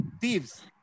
thieves